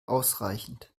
ausreichend